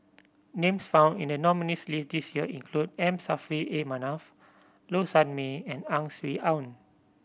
names found in the nominees' list this year include M Saffri A Manaf Low Sanmay and Ang Swee Aun